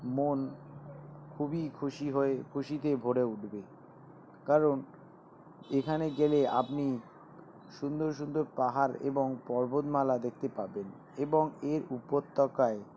মন খুবই খুশি হয়ে খুশিতে ভরে উঠবে কারণ এখানে গেলে আপনি সুন্দর সুন্দর পাহাড় এবং পর্বতমালা দেখতে পাবেন এবং এর উপত্যকায়